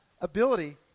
ability